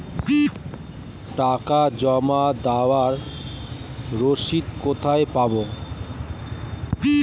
টাকা জমা দেবার রসিদ কোথায় পাব?